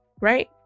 Right